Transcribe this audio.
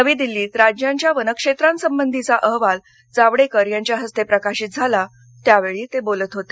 नवी दिल्लीत राज्यांच्या वनक्षेत्रासंबंधीचा अहवाल जावडेकर यांच्या हस्ते प्रकाशित झाला त्यावेळी ते बोलत होते